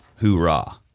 hoorah